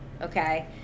okay